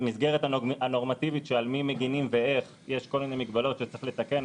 המסגרת הנורמטיבית של על מי מגנים ואיך יש כל מיני מגבלות שצריך לתקן,